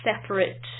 separate